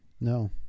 No